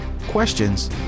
questions